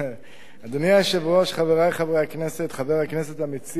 משנת 2002. החוק פקע ולא